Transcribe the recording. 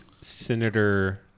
Senator